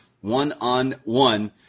one-on-one